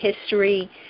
history